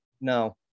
No